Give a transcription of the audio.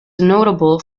notable